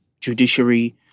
judiciary